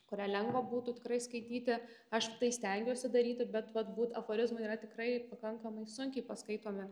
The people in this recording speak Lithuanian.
kuria lengva būtų tikrai skaityti aš tai stengiuosi daryti bet vat būt aforizmai yra tikrai pakankamai sunkiai paskaitomi